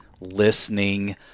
listening